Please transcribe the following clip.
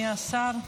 אדוני השר,